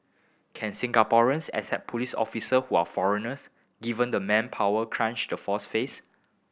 can Singaporeans accept police officer who are foreigners given the manpower crunch the force face